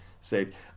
saved